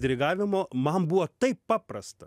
dirigavimo man buvo taip paprasta